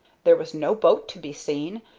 there was no boat to be seen,